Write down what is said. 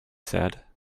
said